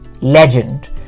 legend